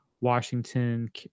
Washington